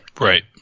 Right